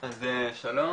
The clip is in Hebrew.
שלום,